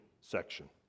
section